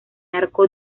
arco